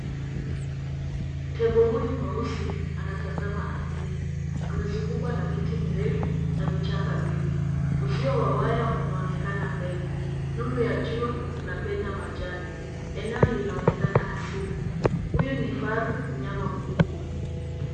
Tembo huyu mweusi anatazama ardhini. Amezungukwa na miti mirefu na vichaka vingi. Uzio wa waya unaonekana mbele. Nuru ya jua inapenya majani. Eneo linaonekana asili. Huyu ni faru, mnyama mkubwa.